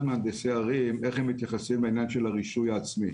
מהנדסי ערים איך הם מתייחסים לעניין של הרישוי העצמי.